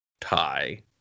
tie